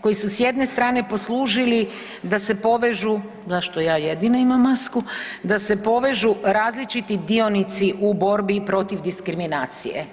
koje su s jedne strane poslužili da se povežu, zašto ja jedina imam masku, da se povežu različiti dionici u borbi protiv diskriminacije.